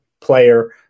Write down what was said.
player